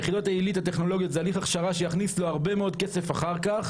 יחידות העלית הטכנולוגיות זה הליך הכשרה שיכניס לו הרבה כסף אחר כך.